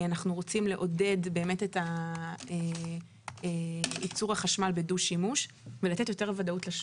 אנחנו רוצים לעודד את ייצור החשמל בדו-שימוש ולתת יותר ודאות לשוק.